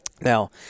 Now